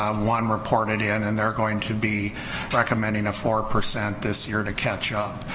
um one reported in and they're going to be recommending a four percent this year to catch up,